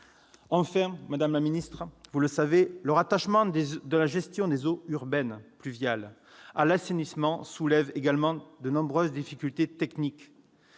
Enfin, madame la ministre, vous le savez, le rattachement de la gestion des eaux pluviales urbaines à l'assainissement soulève également de nombreuses difficultés techniques.